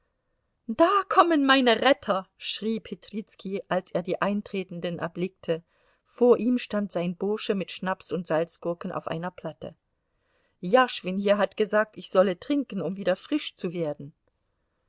da kommen meine retter schrie petrizki als er die eintretenden erblickte vor ihm stand sein bursche mit schnaps und salzgurken auf einer platte jaschwin hier hat gesagt ich solle trinken um wieder frisch zu werden